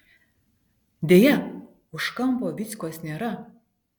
deja už kampo vyckos nėra